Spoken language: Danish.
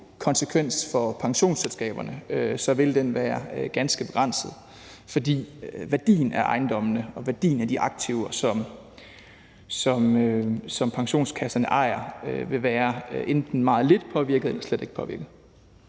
konsekvens for pensionsselskaberne, vil den være ganske begrænset, fordi værdien af ejendommene og værdien af de aktiver, som pensionskasserne ejer, vil være enten meget lidt påvirket eller slet ikke påvirket.